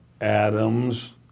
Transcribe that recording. Adams